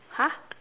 !huh!